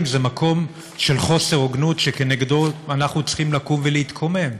זה מקום של חוסר הוגנות שכנגדו אנחנו צריכים לקום ולהתקומם.